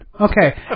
okay